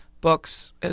books